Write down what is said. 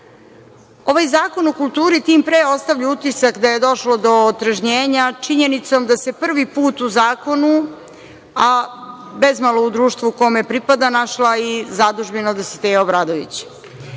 Zakon o kulturi tim pre ostavlja utisak da je došlo do otrežnjenja činjenicom da se prvi put u zakonu, a bezmalo u društvu kome pripada našla i Zadužbina Dositeja Obradovića.